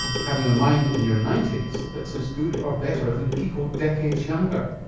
having a mind in your ninety s that's as good or better than people decades younger.